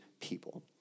people